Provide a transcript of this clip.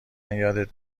یادت